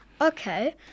Okay